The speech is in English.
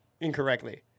incorrectly